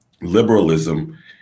liberalism